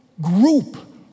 group